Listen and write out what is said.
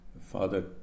Father